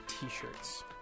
t-shirts